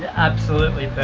absolutely